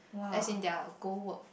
as in their go work